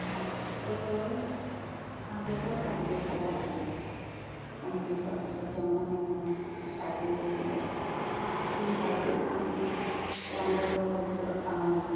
সাত বছৰ সাত বছৰত কমপ্লিট হ'ব লাগে কমপ্লিট হোৱাৰ পিছত তেওঁ মানে এখন চাৰ্টিফিকেট দিব সেই চাৰ্টিফিকেটখন তেওঁলোকৰ কিবা ভৱিষ্যতত কাম আহিব